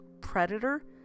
predator